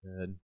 good